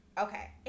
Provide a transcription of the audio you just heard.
Okay